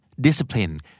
Discipline